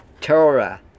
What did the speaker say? Torah